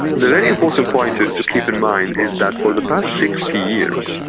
the very important point to to keep in mind is that for the past sixty years,